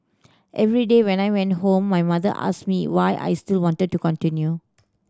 every day when I went home my mother asked me why I still wanted to continue